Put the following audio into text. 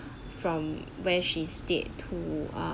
from where she stayed to ah